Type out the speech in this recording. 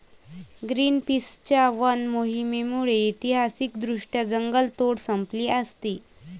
ग्रीनपीसच्या वन मोहिमेमुळे ऐतिहासिकदृष्ट्या जंगलतोड संपली असती